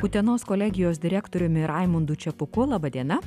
utenos kolegijos direktoriumi raimundu čepuku laba diena